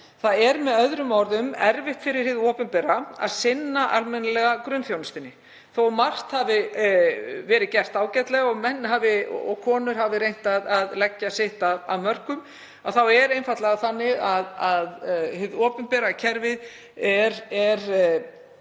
Það er með öðrum orðum erfitt fyrir hið opinbera að sinna grunnþjónustunni almennilega. Þótt margt hafi verið gert ágætlega og menn og konur hafi reynt að leggja sitt af mörkum þá er það einfaldlega þannig að hið opinbera kerfi er